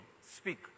speak